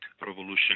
revolution